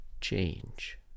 change